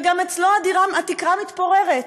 וגם אצלו התקרה מתפוררת,